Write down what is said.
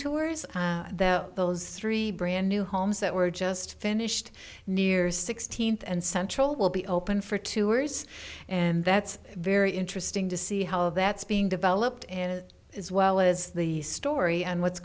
tours those three brand new homes that were just finished near sixteenth and central will be open for two worries and that's very interesting to see how that's being developed and as well as the story and what's